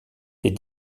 les